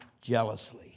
jealously